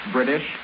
British